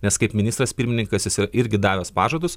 nes kaip ministras pirmininkas jis yra irgi davęs pažadus